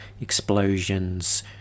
explosions